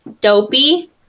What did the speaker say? Dopey